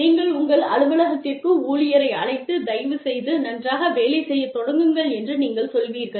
நீங்கள் உங்கள் அலுவலகத்திற்கு ஊழியரை அழைத்து தயவுசெய்து நன்றாக வேலை செய்யத் தொடங்குங்கள் என்று நீங்கள் சொல்வீர்கள்